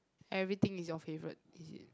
everything is your favourite is it